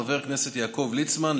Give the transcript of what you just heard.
חבר הכנסת יעקב ליצמן,